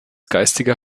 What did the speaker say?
geistiger